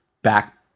back